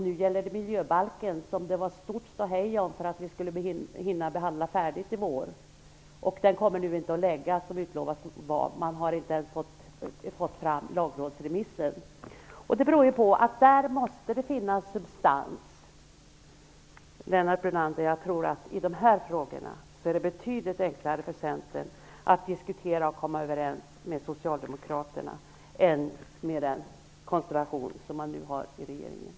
Nu gäller det frågan om miljöbalken. Det var först ett stort ståhej för att man ville hinna få den färdigbehandlad i vår, men den kommer nu inte att läggas fram som utlovat var. Man har inte ens fått fram lagrådsremissen. Detta beror på att det där måste finnas substans. Lennart Brunander! Jag tror att det i dessa frågor är betydligt enklare för Centern att diskutera och komma överens med Socialdemokraterna än med de övriga i den konstellation som man nu har i regeringen.